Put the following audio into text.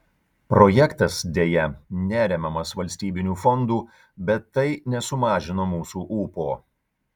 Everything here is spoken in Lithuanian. projektas deja neremiamas valstybinių fondų bet tai nesumažino mūsų ūpo